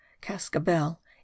cascabel